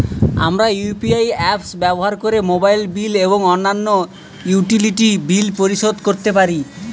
আমরা UPI apps ব্যবহার করে মোবাইল বিল এবং অন্যান্য ইউটিলিটি বিল পরিশোধ করতে পারি